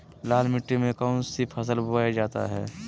लाल मिट्टी में कौन सी फसल बोया जाता हैं?